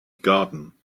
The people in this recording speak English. garden